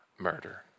murder